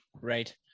right